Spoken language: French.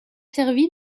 servi